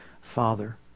Father